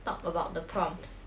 talk about the prompts